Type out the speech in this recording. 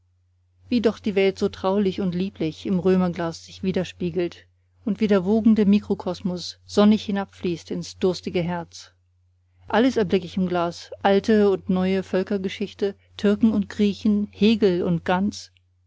wie doch die welt so traulich und lieblich im römerglas sich widerspiegelt und wie der wogende mikrokosmus sonnig hinabfließt ins durstige herz alles erblick ich im glas alte und neue völkergeschichte türken und griechen hegel und gans